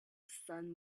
sun